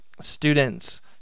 students